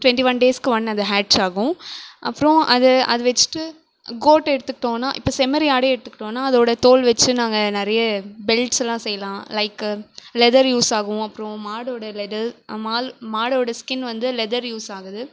twenty one டேஸுக்கு one அது hatch ஆகும் அப்றம் அது அது வச்சிகிட்டு கோட்டு எடுத்துக்கிட்டோனா இப்போ செம்மறி ஆடை எடுத்துக்கிட்டோன்னா அதோட தோல் வச்சு நாங்கள் நிறைய பெல்ட்ஸ்லாம் செய்யலாம் லைக்கு லெதர் யூஸ் ஆகும் அப்றம் மாடோட லெதர் மாடோட ஸ்கின் வந்து லெதர் யூஸாகுது